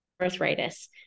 arthritis